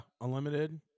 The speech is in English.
unlimited